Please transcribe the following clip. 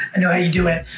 and know how you do it.